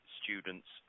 students